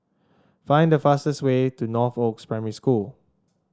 find the fastest way to Northoaks Primary School